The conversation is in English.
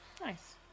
Nice